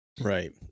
Right